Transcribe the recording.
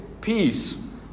Peace